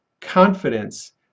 confidence